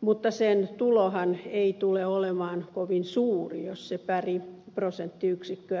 mutta sen tulohan ei tule olemaan kovin suuri jos sitä pari prosenttiyksikköä korotetaan